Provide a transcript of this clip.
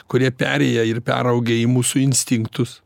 kurie perėję ir peraugę į mūsų instinktus